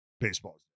baseball